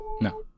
No